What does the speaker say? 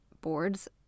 boards